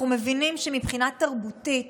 אנחנו מבינים שמבחינת תרבותית